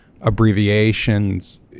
abbreviations